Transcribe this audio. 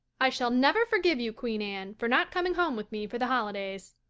i shall never forgive you, queen anne, for not coming home with me for the holidays.